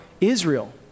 Israel